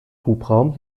hubraum